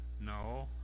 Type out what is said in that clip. No